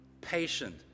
patient